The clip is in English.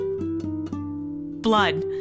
Blood